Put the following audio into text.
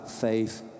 faith